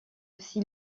aussi